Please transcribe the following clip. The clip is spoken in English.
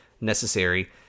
necessary